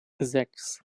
sechs